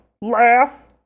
laugh